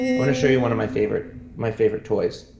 i'm going to show you one of my favorite my favorite toys.